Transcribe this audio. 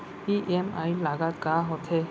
EMI लागत का होथे?